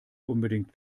unbedingt